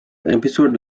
episode